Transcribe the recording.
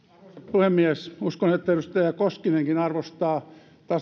puhemies uskon että edustaja koskinenkin arvostaa